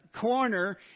corner